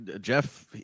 Jeff